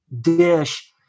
dish